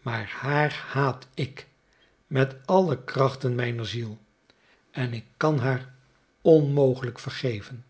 maar haar haat ik met alle krachten mijner ziel en ik kan haar onmogelijk vergeven